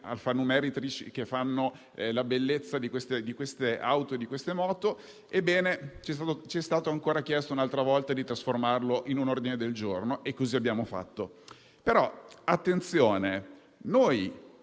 alfanumerici che fanno la bellezza di queste auto e moto). Ebbene, ci è stato chiesto ancora una volta di trasformarlo in un ordine del giorno e così abbiamo fatto.